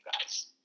guys